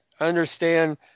understand